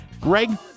Greg